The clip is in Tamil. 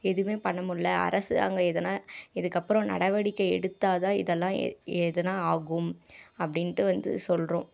எதுவுமே பண்ண முடில அரசாங்கம் எதனால் இதுக்கப்புறம் நடவடிக்கை எடுத்தால் தான் இதெல்லாம் எ எதுனா ஆகும் அப்படின்ட்டு வந்து சொல்கிறோம்